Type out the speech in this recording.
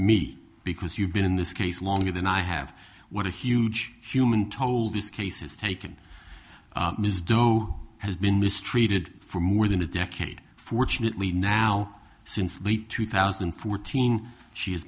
me because you've been in this case longer than i have what a huge human toll this case has taken ms doe has been mistreated for more than a decade fortunately now since late two thousand and fourteen she has